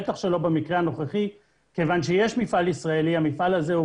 בטח שלא במקרה הנוכחי כיוון שיש מפעל ישראלי והמפעל הזה,